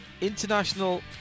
international